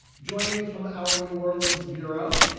joining me from our new orleans bureau,